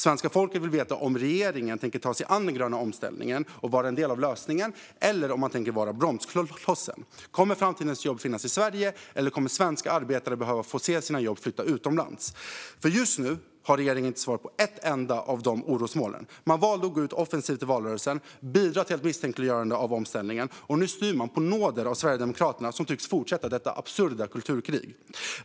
Svenska folket vill veta om regeringen tänker ta sig an den gröna omställningen och vara en del av lösningen eller om man tänker vara bromsklossen. Kommer framtidens jobb att finnas i Sverige, eller kommer svenska arbetare att behöva se sina jobb flytta utomlands? Just nu har regeringen inte svar gällande ett enda av dessa orosmoln. Man valde att gå ut offensivt i valrörelsen och bidra till ett misstänkliggörande mot omställningen, och nu styr man på nåder av Sverigedemokraterna, som tycks fortsätta detta absurda kulturkrig.